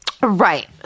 Right